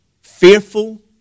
fearful